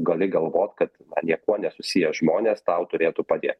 gali galvot kad niekuo nesusiję žmonės tau turėtų padėt